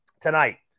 tonight